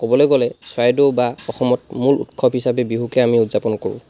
ক'বলৈ গ'লে চৰাইদেউ বা অসমত মূল উৎসৱ হিচাপে বিহুকে আমি উদযাপন কৰোঁ